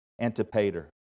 Antipater